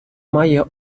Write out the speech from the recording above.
має